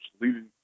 leading